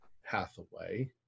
Hathaway